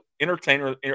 entertainer